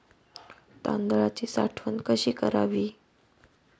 तांदळाची साठवण कशी करावी?